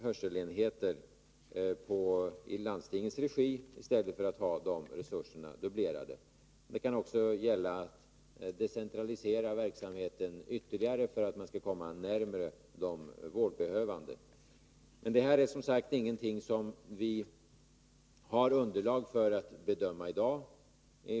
hörselenheter i landstingens regi, så att resursdubblering undviks. Det kan också gälla ytterligare decentralisering av verksamheten, för att man skall kunna komma närmare de vårdbehövande. Men vi har ännu inget underlag för att bedöma detta i dag.